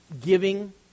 giving